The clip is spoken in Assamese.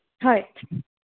হয়